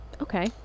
okay